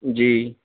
جی